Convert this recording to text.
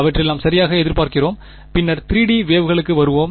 அவற்றில் நாம் சரியாக எதிர்பார்க்கிறோம் பின்னர் 3 D வேவ்களுக்கு வருவோம்